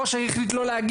ראש העיר החליט לא להגיע,